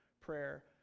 prayer